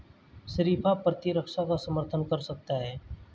शरीफा प्रतिरक्षा का समर्थन कर सकता है